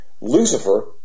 Lucifer